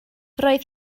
roedd